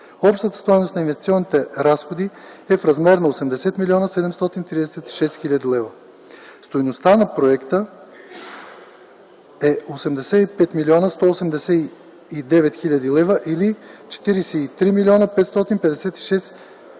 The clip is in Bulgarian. Общата стойност на инвестиционните разходи е в размер на 80 млн. 736 хил.лв. Стойността на проекта е 85 млн. 189 хил. лв. или 43 млн. 556 хил. евро.